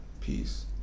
peace